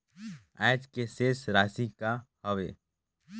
आज के शेष राशि का हवे?